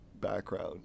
background